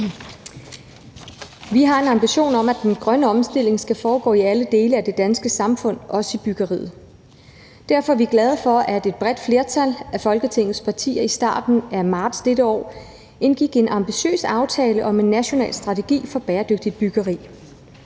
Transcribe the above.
Vi har en ambition om, at den grønne omstilling skal foregå i alle dele af det danske samfund, også i byggeriet. Derfor er vi glade for, at et bredt flertal af Folketingets partier i starten af marts 2021 indgik en ambitiøs aftale om en national strategi for bæredygtigt byggeri.